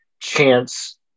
chance